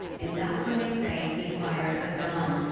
and that's when they say he fired a gun.